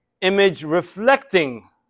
image-reflecting